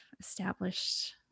established